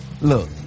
Look